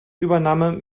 übernahme